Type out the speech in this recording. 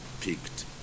picked